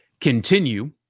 continue